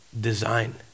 design